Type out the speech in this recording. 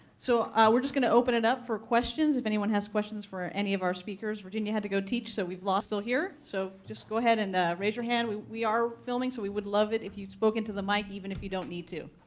so we're just going to open it up for questions. if anyone has questions for any of our speakers. virginia had to go teach, so we've lost her here. so just go ahead and raise your hand. we we are filming, so we would love it if you spoke into the mic even if you don't need to.